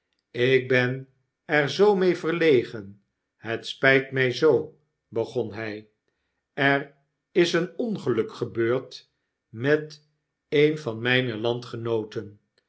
ik ben er zoo mee veriegen het spijt mij zoo begonhij er is een ongeluk gebeurd met een van mijne landgenooten